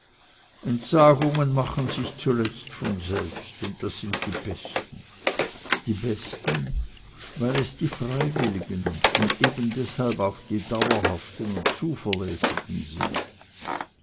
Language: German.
entsagungen machen sich zuletzt von selbst und das sind die besten die besten weil es die freiwilligen und eben deshalb auch die dauerhaften und zuverlässigen sind